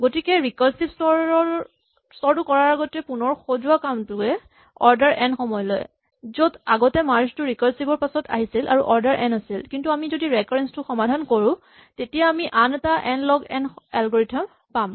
গতিকে ৰিকাৰছিভ স্তৰটো কৰাৰ আগতে পুণৰ সজোৱা কামটোৱে অৰ্ডাৰ এন সময় লয় য'ত আগতে মাৰ্জ টো ৰিকাৰছিভ ৰ পিছত আহিছিল আৰু অৰ্ডাৰ এন আছিল কিন্তু আমি যদি ৰেকাৰেঞ্চ টো সমাধান কৰো তেতিয়া আমি আন এটা এন লগ এন এলগৰিথম পাম